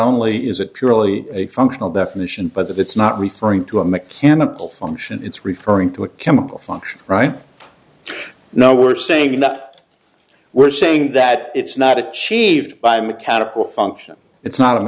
only is it purely a functional definition but that it's not referring to a mechanical function it's referring to a chemical function right no we're saying that we're saying that it's not achieved by a mechanical function it's not